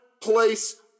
place